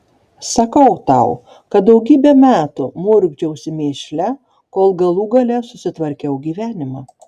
sakau tau kad daugybę metų murkdžiausi mėšle kol galų gale susitvarkiau gyvenimą